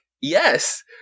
yes